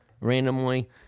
randomly